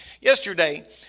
Yesterday